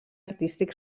artístic